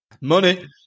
Money